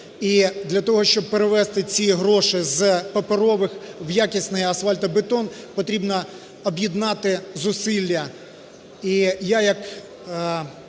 І для того, щоб перевести ці гроші з паперових у якісний асфальт та бетон, потрібно об'єднати зусилля.